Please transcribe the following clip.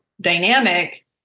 dynamic